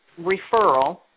referral